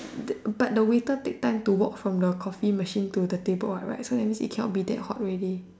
that but the waiter take time to walk from the Coffee machine to the table what right so that means it cannot be that hot already